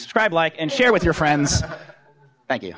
subscribe like and share with your friends thank you